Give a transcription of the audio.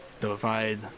divide